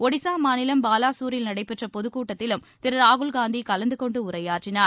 ஒடிசா மாநிலம் பாலாகுரில் நடைபெற்ற பொதுக்கூட்டத்திலும் திரு ராகுல்காந்தி கலந்து கொண்டு உரையாற்றினார்